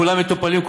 כולם מטופלים,